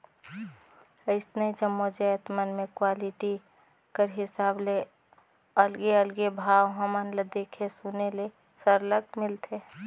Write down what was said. अइसने जम्मो जाएत मन में क्वालिटी कर हिसाब ले अलगे अलगे भाव हमन ल देखे सुने ले सरलग मिलथे